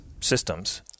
systems